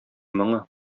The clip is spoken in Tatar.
моңы